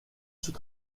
sous